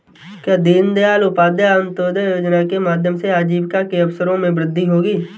क्या दीन दयाल उपाध्याय अंत्योदय योजना के माध्यम से आजीविका के अवसरों में वृद्धि होगी?